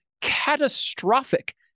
catastrophic